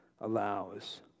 allows